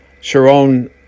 Sharon